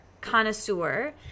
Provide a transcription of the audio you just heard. connoisseur